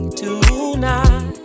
tonight